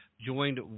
joined